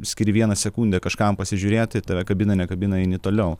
skiri vieną sekundę kažkam pasižiūrėti tave kabina nekabina eini toliau